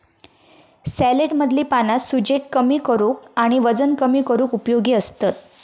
सॅलेडमधली पाना सूजेक कमी करूक आणि वजन कमी करूक उपयोगी असतत